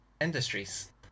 Industries